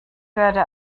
werde